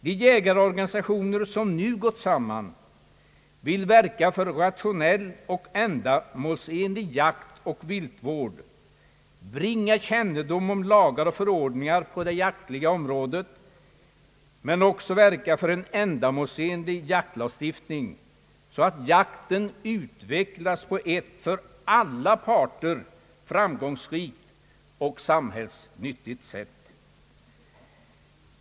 De jägarorganisationer som nu gått samman vill verka för rationell och ändamålsenlig jaktoch viltvård, bringa kännedom om lagar och förordningar på jaktens område samt verka för en ändamålsenlig jaktlagstiftning så att jakten utvecklas på ett för alla parter framgångsrikt och samhällsnyttigt sätt.